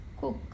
cook